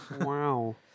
Wow